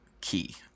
key